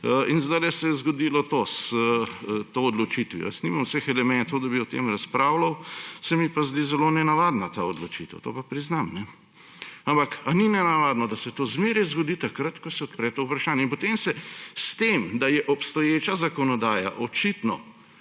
Zdajle se je zgodilo to s to odločitvijo. Nimam vseh elementov, da bi o tem razpravljal, se mi pa zdi zelo nenavadna ta odločitev, to pa priznam. Ampak, a ni nenavadno, da se to zmeraj zgodi takrat, ko se odpre to vprašanje? Potem se s tem, da je obstoječa zakonodaja očitno